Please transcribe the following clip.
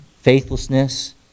faithlessness